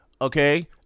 Okay